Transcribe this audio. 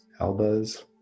Elbows